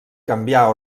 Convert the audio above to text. canviar